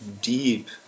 deep